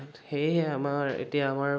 সেয়েহে আমাৰ এতিয়া আমাৰ